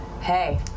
Hey